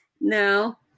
no